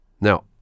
Now